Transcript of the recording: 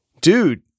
dude